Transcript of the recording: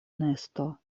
nesto